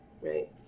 right